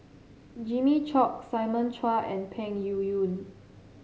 Jimmy Chok Simon Chua and Peng Yuyun